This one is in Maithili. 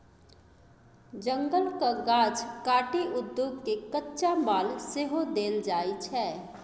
जंगलक गाछ काटि उद्योग केँ कच्चा माल सेहो देल जाइ छै